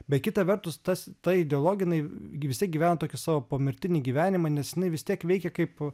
bet kita vertus tas ta ideologija jinai gi vis tiek gyveno tokį savo pomirtinį gyvenimą nes jinai vis tiek veikė kaip